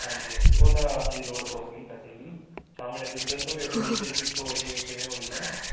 ਹਾਂਜੀ ਹਾਂਜੀ ਉਹ ਤਾਂ ਹਾਂਜੀ ਲੋੜ ਪਵੇਗੀ ਤੁਹਾਡੀ ਵੀ ਸਾਹਮਣੇ ਤੁਸੀਂ ਦੱਸੋਗੇ ਫੇਰ ਲੀਕੇਜ ਕਿੱਥੋਂ ਹੋ ਰਹੀ ਹੈ ਕਿਵੇਂ ਹੋ ਰਹੀ ਹੈ